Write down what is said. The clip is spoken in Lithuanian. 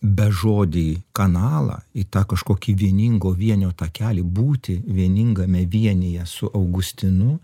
bežodį kanalą į tą kažkokį vieningo vienio takelį būti vieningame vienyje su augustinu